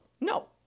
No